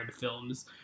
films